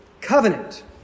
Covenant